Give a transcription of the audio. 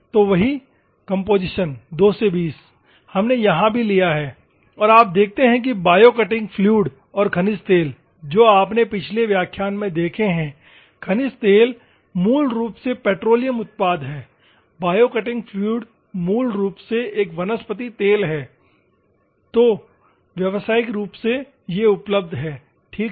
तो वही कम्पोजीशन 2 से 20 हमने यहां भी लिया है और आप देखते हैं कि बायो कटिंग फ्लुइड और खनिज तेल जो आपने पिछले व्याख्यान में देखे है खनिज तेल मूल रूप से पेट्रोलियम उत्पाद है बायो कटिंग फ्लुइड मूल रूप से एक वनस्पति तेल है जो व्यावसायिक रूप से उपलब्ध है ठीक है